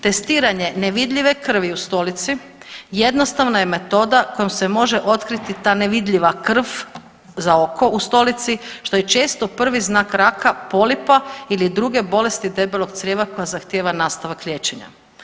Testiranje nevidljive krvi u stolici jednostavna je metoda kojom se može otkriti ta nevidljiva krv za oko u stolici što je često prvi znak raka polipa ili druge bolesti debelog crijeva koja zahtijeva nastavak liječenja.